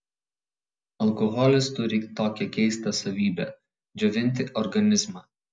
alkoholis turi tokią keistą savybę džiovinti organizmą